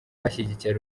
bashyigikiye